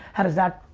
how does that,